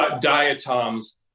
Diatoms